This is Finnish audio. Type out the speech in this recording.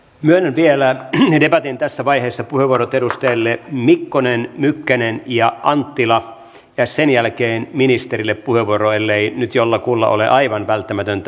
myönnän vielä debatin tässä vaiheessa puheenvuorot edustajille mikkonen mykkänen ja anttila ja sen jälkeen ministerille puheenvuoro ellei nyt jollakulla ole aivan välttämätöntä